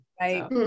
Right